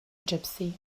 gipsy